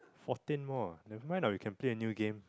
fourteen more never mind lah we can play a new game